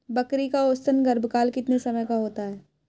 बकरी का औसतन गर्भकाल कितने समय का होता है?